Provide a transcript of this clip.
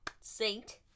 Saint